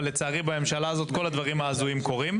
אבל לצערי בממשלה הזאת כל הדברים ההזויים קורים.